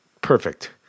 perfect